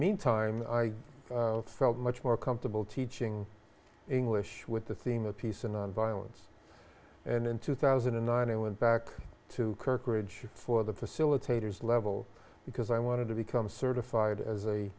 meantime i felt much more comfortable teaching english with the theme of peace and nonviolence and in two thousand and nine and went back to kirk ridge for the facilitators level because i wanted to become certified as a